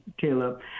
Caleb